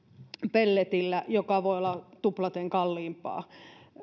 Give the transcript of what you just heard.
pelletillä joka voi olla tuplaten kalliimpaa